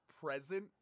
present